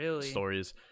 stories